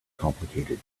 complicated